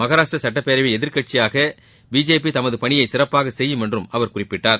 மகாராஷ்டிரா சட்டப்பேரவையில் எதிர்கட்சியாக பிஜேபி தமது பனியை சிறப்பாக செய்யும் என்றும் அவர் குறிப்பிட்டார்